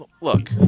Look